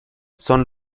son